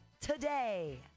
today